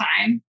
time